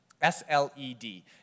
S-L-E-D